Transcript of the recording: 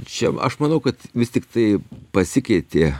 čia aš manau kad vis tiktai pasikeitė